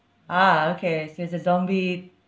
ah okay so it's a zombie